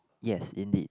yes indeed